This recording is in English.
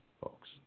folks